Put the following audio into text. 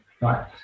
right